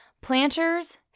planters